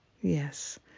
yes